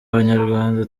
abanyarwanda